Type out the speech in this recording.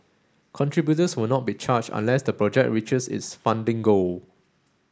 contributors will not be charged unless the project reaches its funding goal